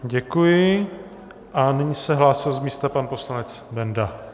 Děkuji a nyní se hlásil z místa pan poslanec Benda.